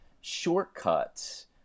shortcuts